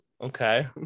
Okay